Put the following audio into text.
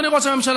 אדוני ראש הממשלה,